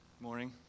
morning